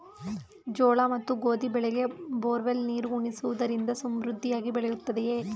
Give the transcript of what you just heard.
ಜೋಳ ಮತ್ತು ಗೋಧಿ ಬೆಳೆಗೆ ಬೋರ್ವೆಲ್ ನೀರು ಉಣಿಸುವುದರಿಂದ ಸಮೃದ್ಧಿಯಾಗಿ ಬೆಳೆಯುತ್ತದೆಯೇ?